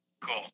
cool